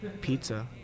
pizza